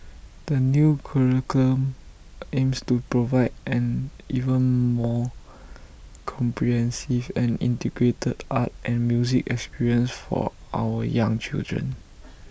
the new curriculum aims to provide an even more comprehensive and integrated art and music experience for our young children